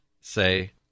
say